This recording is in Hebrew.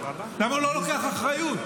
למה הוא לא לוקח אחריות?